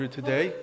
today